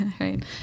right